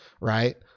right